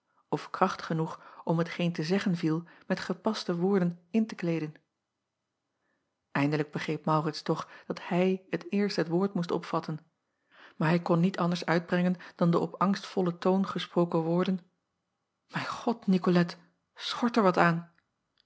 of kracht genoeg om hetgeen te zeggen viel met gepaste woorden in te kleeden indelijk begreep aurits toch dat hij het eerst het woord moest opvatten maar hij kon niet anders uitbrengen dan de op angstvollen toon gesproken woorden mijn od icolette schort er wat aan